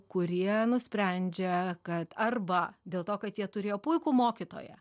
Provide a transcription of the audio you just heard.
kurie nusprendžia kad arba dėl to kad jie turėjo puikų mokytoją